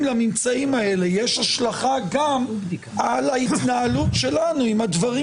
לממצאים האלה יש השלכה גם על ההתנהלות שלנו עם הדברים